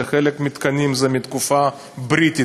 שחלק מהמתקנים הם מהתקופה הבריטית.